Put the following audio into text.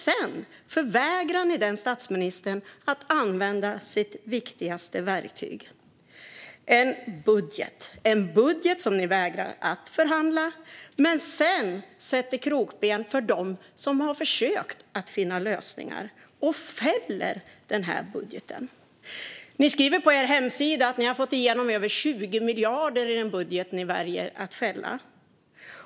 Sedan förvägrar ni den statsministern att använda sitt viktigaste verktyg. Det finns en budget som ni vägrar att förhandla om. Men sedan sätter ni krokben för dem som har försökt att finna lösningar, och fäller budgeten. Ni skriver på er hemsida att ni har fått igenom över 20 miljarder i den budget ni väljer att fälla.